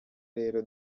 rero